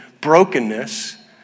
brokenness